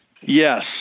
Yes